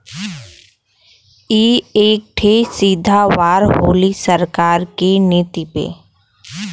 ई एक ठे सीधा वार होला सरकार की नीति पे